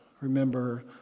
remember